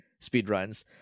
speedruns